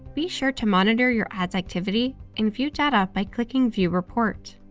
be sure to monitor your ad's activity and view data by clicking view report.